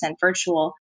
virtual